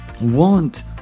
want